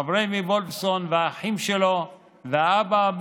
אבריימי וולפסון והאחים שלו והאבא,